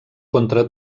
contra